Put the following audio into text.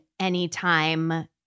Anytime